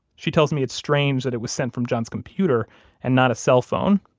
she tells me it's strange that it was sent from john's computer and not a cell phone.